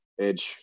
edge